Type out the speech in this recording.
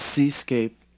Seascape